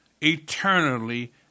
eternally